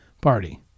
party